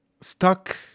stuck